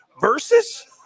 Versus –